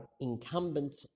incumbent